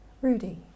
Rudy